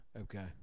Okay